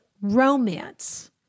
romance